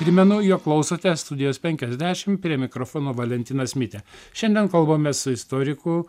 primenu jog klausote studijos penkiasdešim prie mikrofono valentinas mitė šiandien kalbamės su istoriku